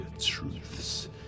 truths